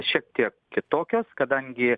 šiek tiek kitokios kadangi